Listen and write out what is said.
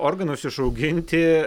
organus išauginti